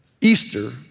Easter